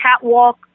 catwalk